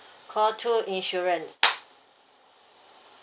call two insurance